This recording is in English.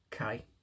okay